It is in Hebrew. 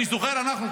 אני זוכר שאנחנו,